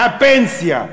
מהפנסיה.